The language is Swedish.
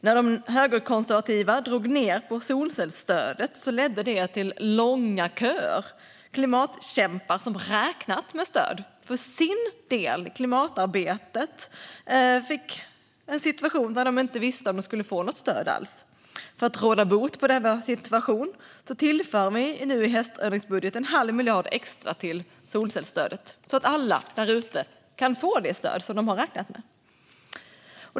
När de högerkonservativa drog ned på solcellsstödet ledde det till långa köer. Klimatkämpar som hade räknat med stöd för sin del i klimatarbetet hamnade i en situation där de inte visste om de skulle få något stöd alls. För att råda bot på detta tillför vi i höständringsbudgeten en halv miljard extra till solcellsstödet, så att alla där ute kan få det stöd som de har räknat med.